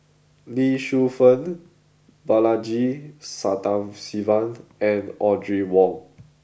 Lee Shu Fen Balaji Sadasivan and Audrey Wong